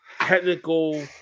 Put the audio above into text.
technical